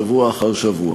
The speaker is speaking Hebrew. שבוע אחר שבוע.